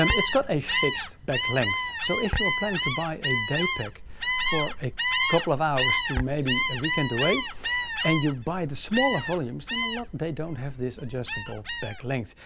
um it's got a fixed back length. so if you were planning to buy a day pack for a couple of hours to maybe a weekend away and you buy the smaller volumes, then a lot, they don't have this adjustable back lengths.